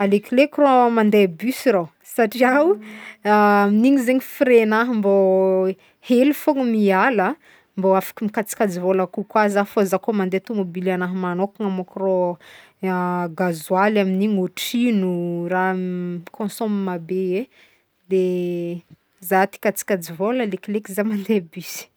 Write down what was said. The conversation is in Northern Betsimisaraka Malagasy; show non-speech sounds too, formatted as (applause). Alekileky rô mandeha bus satria o (laughs) amin'igny zegny frais agnahy mbô hely fôgno miala mbô afaka mikajikajy vôla kokoà za fô za koa mandeha tômôbila agnahy magnokana mônko rô (hesitation) gazoaly amin'igny oatrino raha miconsomme be e de za te hikajikajy vôla alekileky za mandeha bus.